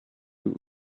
too